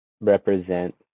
represent